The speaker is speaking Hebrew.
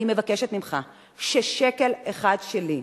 אני מבקשת ממך ששקל אחד שלי,